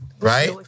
right